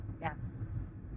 Yes